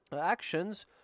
actions